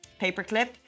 paperclip